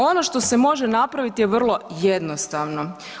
Ono što se može napraviti je vrlo jednostavno.